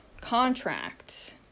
contract